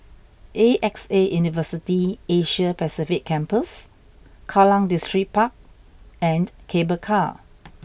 A X A University Asia Pacific Campus Kallang Distripark and Cable Car